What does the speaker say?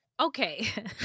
Okay